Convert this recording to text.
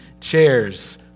chairs